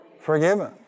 forgiven